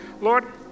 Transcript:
Lord